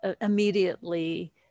immediately